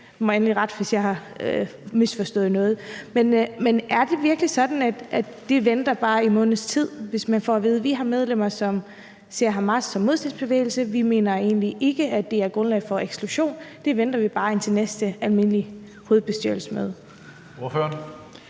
du må endelig rette mig, hvis jeg har misforstået noget. Men er det virkelig sådan, at det venter man bare en måneds tid med, hvis man får at vide, at man har medlemmer, som ser Hamas som en modstandsbevægelse, og at man egentlig ikke mener, det er grundlag for eksklusion – det venter man bare med til næste almindelige hovedbestyrelsesmøde?